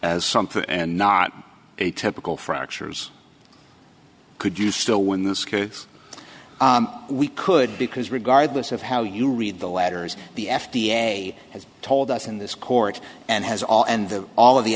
as something and not a typical fractures could you still win this case we could because regardless of how you read the letters the f d a has told us in this court and has all and all of the